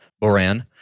Boran